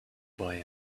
boy